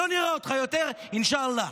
שלא נראה אותך יותר, אינשאללה.